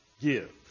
give